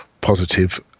positive